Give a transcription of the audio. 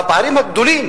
והפערים הגדולים